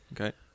Okay